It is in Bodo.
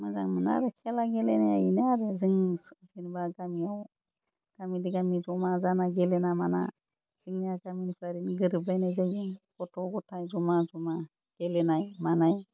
मोजां मोनो आरो खेला गेलेनाया बिनो आरो जों जेनेबा गामियाव गामिजों गामि जमा जाना गेलेना माना जोंनिया गामिफ्रा ओरैनो गोरोबलायनाय जायो गथ' ग'थाइ जमा जमा गेलेनाय मानाय